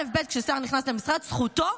אלף-בית, כששר נכנס למשרד, זכותו,